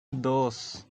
dos